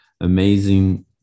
amazing